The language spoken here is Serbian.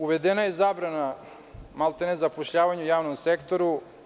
Uvedena je zabrana, maltene, zapošljavanja u javnom sektoru.